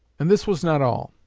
and this was not all.